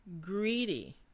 Greedy